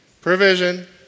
Provision